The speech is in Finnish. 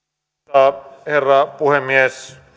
arvoisa herra puhemies